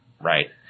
right